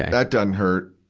that doesn't hurt.